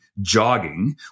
jogging